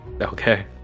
Okay